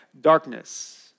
darkness